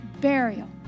burial